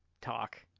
talk